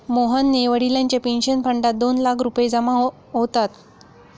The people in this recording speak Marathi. मोहनच्या वडिलांच्या पेन्शन फंडात दोन लाख रुपये जमा होतात